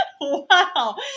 Wow